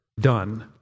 done